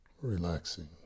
relaxing